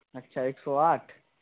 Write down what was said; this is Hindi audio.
अच्छा एक सौ आठ